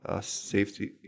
safety